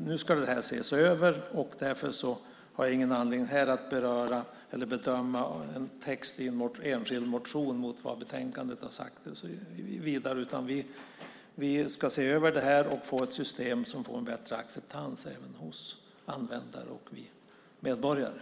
Nu ska detta alltså ses över, och därför ser jag ingen anledning att här bedöma en text i en enskild motion i förhållande till vad betänkandet sagt. Vi ser över detta för att få ett system som får bättre acceptans bland medborgarna.